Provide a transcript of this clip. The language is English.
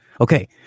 Okay